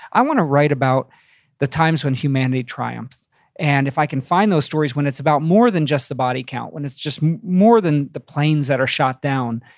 i wanna write about the times when humanity triumphed and if i can find those stories when it's about more than just the body count, when it's just more than the planes that are shot down,